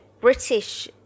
British